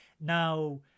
Now